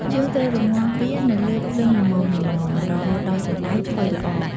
យើងត្រូវរំងាស់វានៅលើភ្លើងល្មមៗ រហូតដល់សណ្ដែកផុយល្អ។